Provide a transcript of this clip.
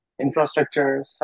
infrastructure